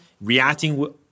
reacting